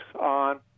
on